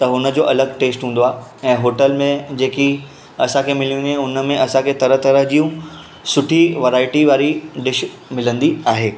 त हुनजो अलॻि टेश्ट हूंदो आहे ऐं होटल में जेकी असांखे मिलंदियूं हुन हुनमें असांखे तरह तरह जी सुठी वेराइटी वारी डिश मिलंदी आहे